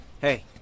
Hey